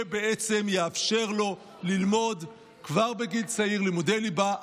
ובעצם יאפשר לו ללמוד כבר בגיל צעיר לימודי ליבה,